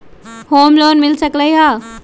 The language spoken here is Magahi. होम लोन मिल सकलइ ह?